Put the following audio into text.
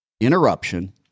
interruption